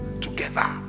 together